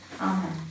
Amen